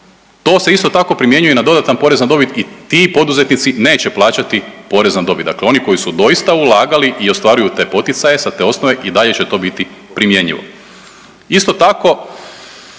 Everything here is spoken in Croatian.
to se isto tako primjenjuje i na dodatan porez na dobit i ti poduzetnici neće plaćati porez na dobit, dakle oni koji su doista ulagali i ostvaruju te poticaje sa te osnove, i dalje će to biti primjenjivo. Isto tako,